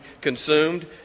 consumed